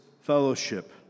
fellowship